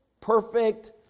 perfect